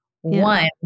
One